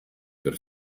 per